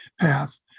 path